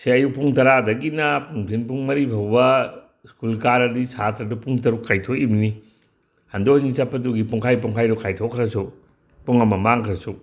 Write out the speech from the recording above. ꯁꯦ ꯑꯌꯨꯛ ꯄꯨꯡ ꯇꯔꯥꯗꯒꯤꯅ ꯅꯨꯡꯊꯤꯟ ꯄꯨꯡ ꯃꯔꯤ ꯐꯥꯎꯕ ꯁ꯭ꯀꯨꯜ ꯀꯥꯔꯗꯤ ꯁꯥꯇ꯭ꯔꯗꯨ ꯄꯨꯡ ꯇꯔꯨꯛ ꯀꯥꯏꯊꯣꯛꯏꯕꯅꯤ ꯍꯟꯗꯣꯛ ꯍꯟꯖꯤꯟ ꯆꯠꯄꯗꯨꯒꯤ ꯄꯨꯡꯈꯥꯏ ꯄꯨꯡꯈꯥꯏꯗꯣ ꯈꯥꯏꯗꯣꯛꯈ꯭ꯔꯁꯨ ꯄꯨꯡ ꯑꯃ ꯃꯥꯡꯈ꯭ꯔꯁꯨ